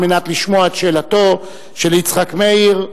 על מנת לשמוע את שאלתו של יצחק מאיר,